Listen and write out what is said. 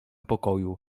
pokoju